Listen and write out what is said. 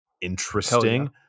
Interesting